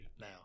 Now